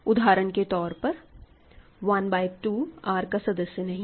उदाहरण के तौर पर 1 बय 2 R का सदस्य है